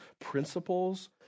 principles